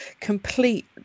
complete